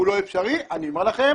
הוא לא אפשרי אני אומר לכם